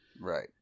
Right